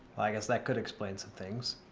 i guess that could explain some things.